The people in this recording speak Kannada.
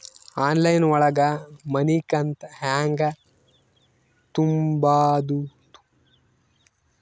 ಆನ್ಲೈನ್ ಒಳಗ ಮನಿಕಂತ ಹ್ಯಾಂಗ ತುಂಬುದು?